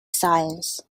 science